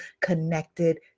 connected